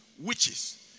witches